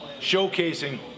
Showcasing